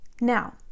Now